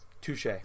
Touche